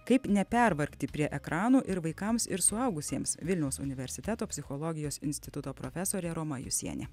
kaip nepervargti prie ekranų ir vaikams ir suaugusiems vilniaus universiteto psichologijos instituto profesorė roma jusienė